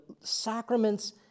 sacraments